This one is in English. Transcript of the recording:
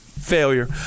Failure